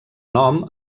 nom